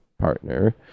partner